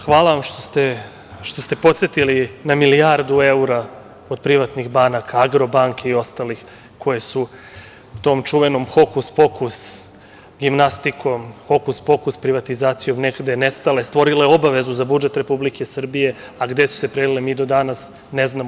Hvala vam što ste podsetili na milijardu evra od privatnih banaka, „Agrobanke“ i ostalih koje su tom čuvenom hokus-pokus gimnastikom, hokus-pokus privatizacijom negde nestale, stvorile obavezu za budžet Republike Srbije, a gde su se prelile mi do danas ne znamo.